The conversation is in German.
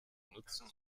nutzen